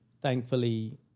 Thankfully